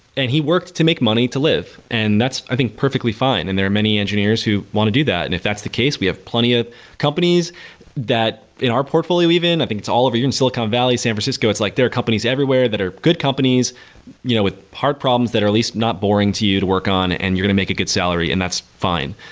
and he worked to make money to live, and that's i think perfectly fine, and there are many engineers who want to do that. if that's the case, we have plenty of companies that in our portfolio even, i think it's all over here in silicon valley, san francisco. it's like there are companies everywhere that are good companies you know with hard problems that are least not boring to you to work on and you're going to make a good salary, and that's fine.